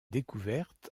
découverte